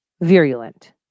virulent